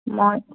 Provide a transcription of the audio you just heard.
মই